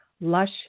lush